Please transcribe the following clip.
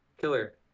Killer